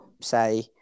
say